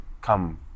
come